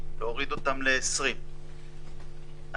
באוכל אפשר יותר להידבק כי יש